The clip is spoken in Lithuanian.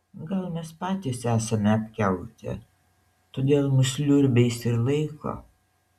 gal mes patys esame apkiautę todėl mus liurbiais ir laiko